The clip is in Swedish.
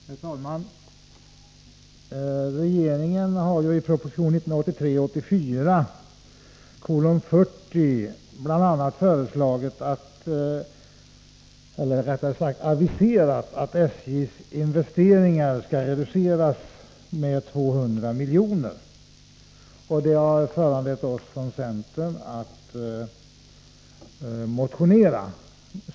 Herr talman! Regeringen har i proposition 1983/84:40 aviserat att SJ:s investeringar skall reduceras med 200 milj.kr. Det har föranlett oss från centern att motionera.